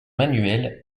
manuel